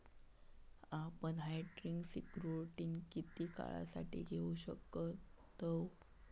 आपण hybrid securities किती काळासाठी घेऊ शकतव